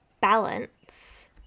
balance